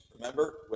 Remember